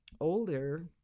older